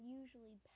usually